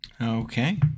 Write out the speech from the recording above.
Okay